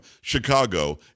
Chicago